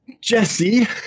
Jesse